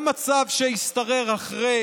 למצב שהשתרר אחרי